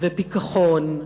ופיכחון,